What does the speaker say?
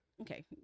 okay